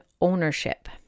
ownership